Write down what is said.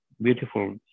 beautiful